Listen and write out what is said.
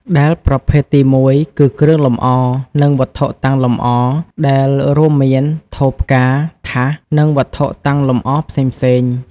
ដែលប្រភេទទីមួយគឺ គ្រឿងលម្អ និងវត្ថុតាំងលម្អ ដែលរួមមាន ថូផ្កា ថាស និងវត្ថុតាំងលម្អផ្សេងៗ។